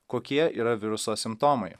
kokie yra viruso simptomai